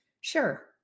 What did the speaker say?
Sure